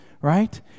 right